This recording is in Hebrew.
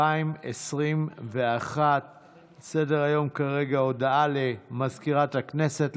על סדר-היום כרגע, הודעה למזכירת הכנסת,